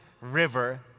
River